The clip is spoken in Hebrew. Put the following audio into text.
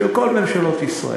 של כל ממשלות ישראל.